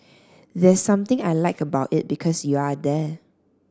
there's something I like about it because you're there